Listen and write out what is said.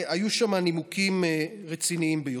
היו שם נימוקים רציניים ביותר.